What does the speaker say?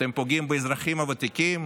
אתם פוגעים באזרחים הוותיקים,